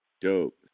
Dope